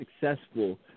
successful –